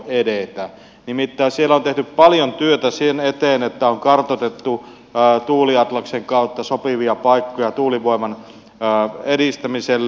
nimittäin siellä on tehty paljon työtä sen eteen että on kartoitettu tuuliatlaksen kautta sopivia paikkoja tuulivoiman edistämiselle